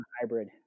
hybrid